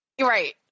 right